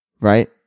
Right